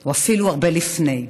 או אפילו הרבה לפני.